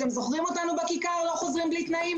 אתם זוכרים אותנו בכיכר קוראים "לא חוזרים בלי תנאים"?